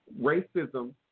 racism